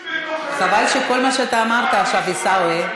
חבל שכל מה שאתה אמרת עכשיו, עיסאווי,